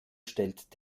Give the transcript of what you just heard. stellt